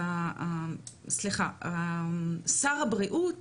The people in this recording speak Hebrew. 1דא' שר הבריאות